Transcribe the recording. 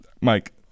Mike